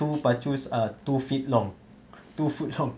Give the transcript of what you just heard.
two pacus ah two feet long two foot long